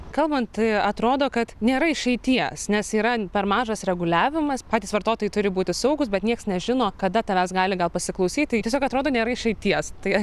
kalbant tai atrodo kad nėra išeities nes yra per mažas reguliavimas patys vartotojai turi būti saugūs bet nieks nežino kada tavęs gali pasiklausyt tai tiesiog atrodo nėra išeities tai